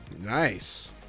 Nice